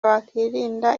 wakwirinda